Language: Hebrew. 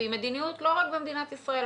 והיא מדיניות לא רק במדינת ישראל,